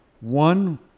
one